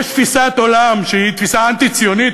יש תפיסת עולם שהיא תפיסה אנטי-ציונית,